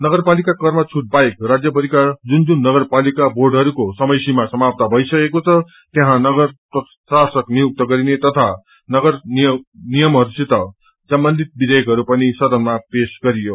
नगरपालिकाका करमा छूट बाहेक राज्य भरिका जुन जुन नगरपालिका र्बोडहरूको समयसीामा समाप्त भइसकेको छ त्यहाँ प्रशासक नियुक्त गरिने तथा नगर निगतहरूसित सम्बन्धित विधेयकहरू पनि सदनामा पेश गरियो